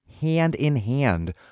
hand-in-hand